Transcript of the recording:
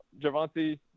Javante